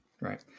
right